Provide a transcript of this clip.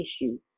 issue